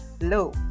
low